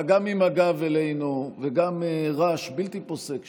אתה גם עם הגב אלינו וגם הרעש בלתי פוסק שם.